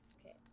okay